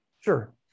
Sure